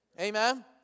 Amen